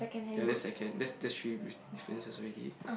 ya that's second that's three differences already